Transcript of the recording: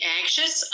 anxious